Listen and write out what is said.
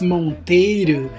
Monteiro